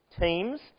teams